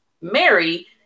mary